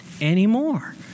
anymore